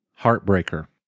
Heartbreaker